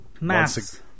mass